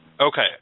Okay